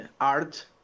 art